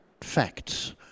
facts